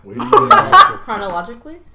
chronologically